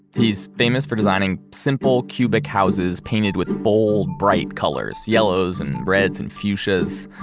he's famous for designing simple, cubic houses, painted with bold, bright colors yellows, and reds, and fuchsias.